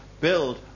build